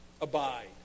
Abide